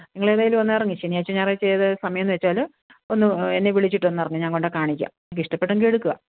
നിങ്ങൾ ഏതായാലും ഒന്ന് ഇറങ്ങ് ശനിയാഴ്ചയോ ഞായറാഴ്ചയോ ഏത് സമയം എന്ന് വെച്ചാൽ ഒന്ന് എന്നെ വിളിച്ചിട്ട് ഒന്ന് ഇറങ്ങ് ഞാൻ കൊണ്ടുപോയി കാണിക്കാം നിങ്ങൾക്ക് ഇഷ്ടപ്പെട്ടെങ്കിൽ എടുക്കാം